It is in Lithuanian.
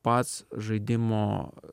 pats žaidimo